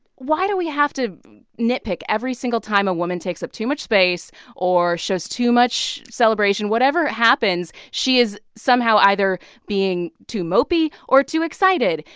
why do we have to nitpick every single time a woman takes up too much space or shows too much celebration? whatever happens, she is somehow either being too mopey or too excited.